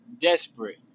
desperate